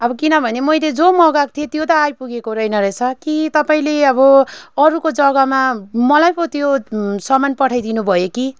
अब किनभने मैले जो मगाएको थिएँ त्यो त आइपुगेको रहेनरहेछ कि तपाईँले अब अरूको जग्गामा मलाई पो त्यो सामान पठाइ दिनुभयो कि